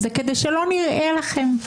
כדי שלא נראה לכם.